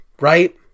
Right